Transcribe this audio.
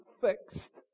fixed